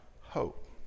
hope